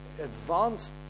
advanced